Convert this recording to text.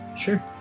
Sure